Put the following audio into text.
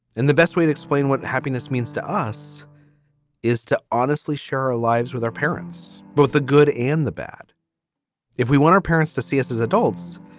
and the best way to explain what happiness means to us is to honestly share our lives with our parents, both the good and the bad if we want our parents to see us as adults,